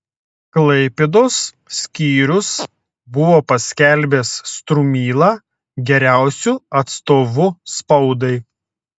klaipėdos skyrius buvo paskelbęs strumylą geriausiu atstovu spaudai